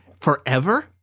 Forever